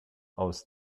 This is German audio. aus